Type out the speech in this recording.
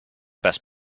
best